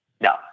No